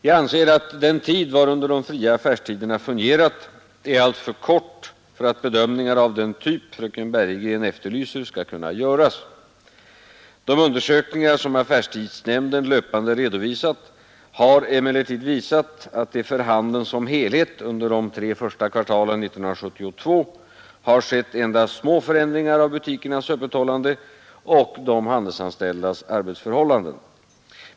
Jag anser att den tid, varunder de fria affärstiderna fungerat, är alltför kort för att bedömningar av den typ fröken Bergegren efterlyser skall kunna göras, De undersökningar som affärstidsnämnden löpande redovisat har emellertid visat, att det för handeln som helhet under de tre första kvartalen 1972 har skett endast små förändringar av butikernas öppethållande och de handelsanställdas arbetsförhållanden.